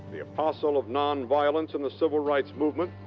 the apostle of non-violence in the civil rights movement,